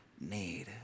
need